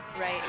Right